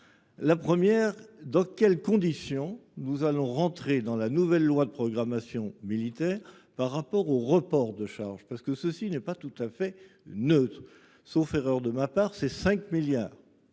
La première, dans quelles conditions nous allons rentrer dans la nouvelle loi de programmation militaire par rapport au report de charges parce que ceci n'est pas tout à fait neutre, sauf erreur de ma part, c'est 5 milliards.